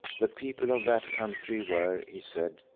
the people of that country were, he said,